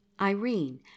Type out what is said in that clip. irene